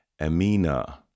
amina